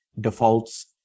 defaults